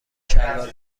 شلوار